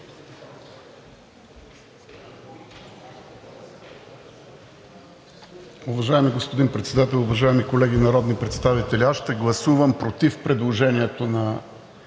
Уважаеми господин Председател, уважаеми колеги народни представители! Аз ще гласувам против предложението на